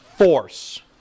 force